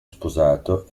sposato